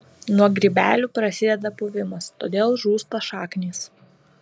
nuo grybelių prasideda puvimas todėl žūsta šaknys